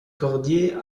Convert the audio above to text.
cordier